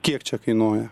kiek čia kainuoja